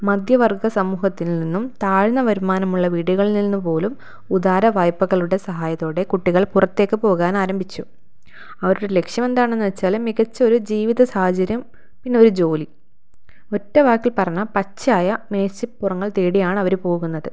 മധ്യവർഗ സമൂഹത്തിൽ നിന്നും താഴ്ന്ന വരുമാനമുള്ള വീടുകളിൽ നിന്നു പോലും ഉദാരവായ്പകളുടെ സഹായത്തോടെ കുട്ടികൾ പുറത്തേക്ക് പോകാൻ ആരംഭിച്ചു അവരുടെ ലക്ഷ്യം എന്താണെന്ന് വെച്ചാൽ മികച്ചൊരു ജീവിതസാഹചര്യം പിന്നെ ഒരു ജോലി ഒറ്റവാക്കിൽ പറഞ്ഞാൽ പച്ചയായ മേച്ചിൽപ്പുറങ്ങൾ തേടിയാണ് അവർ പോകുന്നത്